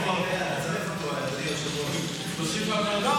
הנושא לוועדת הכנסת נתקבלה.